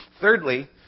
Thirdly